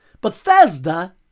Bethesda